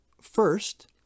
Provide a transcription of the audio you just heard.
first